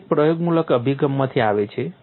આ એક પ્રયોગમૂલક અભિગમમાંથી આવે છે